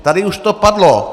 Tady už to padlo.